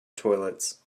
toilets